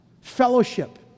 Fellowship